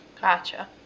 Gotcha